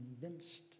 convinced